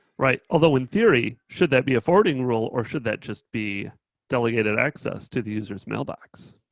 right, although in theory, should that be a fowarding rule or should that just be delegated access to the user's mailbox?